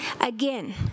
Again